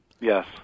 Yes